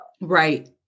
Right